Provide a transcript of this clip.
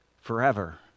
forever